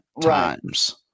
times